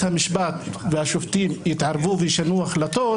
המשפט והשופטים יתערבו וישנו החלטות,